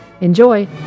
Enjoy